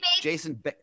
Jason